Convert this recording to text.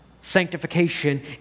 sanctification